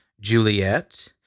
Juliet